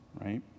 right